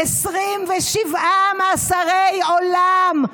27 מאסרי עולם,